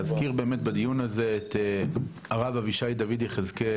להזכיר בדיון הזה את הרב אבישי דוד יחזקאל,